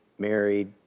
married